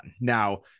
Now